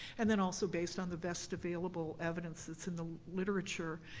and then also based on the best available evidence that's in the literature.